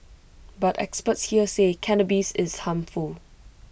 but experts here say cannabis is harmful